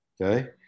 Okay